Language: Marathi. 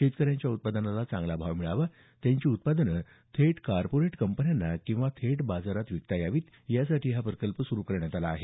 शेतकऱ्यांच्या उत्पादनाला चांगला भाव मिळावा त्यांची उत्पादनं थेट कॉर्पोरेट कंपन्यांना किंवा थेट बाजारात विकता यावीत यासाठी हा प्रकल्प सुरु करण्यात आला आहे